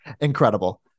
Incredible